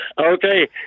Okay